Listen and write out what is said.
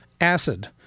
acid